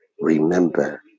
Remember